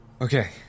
Okay